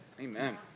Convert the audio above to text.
Amen